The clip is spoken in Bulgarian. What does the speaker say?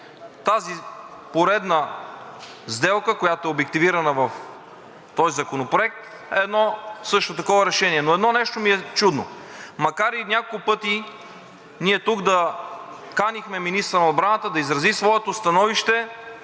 Тази поредна сделка, която е обективирана в този законопроект, е едно също такова решение, но едно нещо ми е чудно. Макар и няколко пъти тук да канихме министъра на отбраната да изрази своето становище,